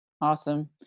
Awesome